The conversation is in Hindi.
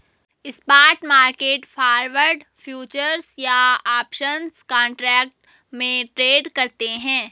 स्पॉट मार्केट फॉरवर्ड, फ्यूचर्स या ऑप्शंस कॉन्ट्रैक्ट में ट्रेड करते हैं